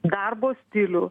darbo stilių